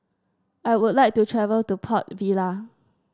I would like to travel to Port Vila